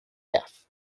death